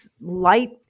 light